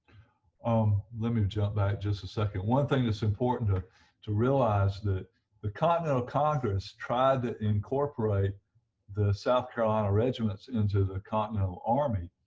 um let me jump back just a second, one thing that's important to to realize that the continental congress tried to incorporate the south carolina regiments into the continental army.